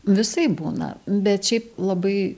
visaip būna bet šiaip labai